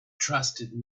trusted